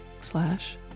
slash